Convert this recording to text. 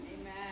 Amen